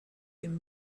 dem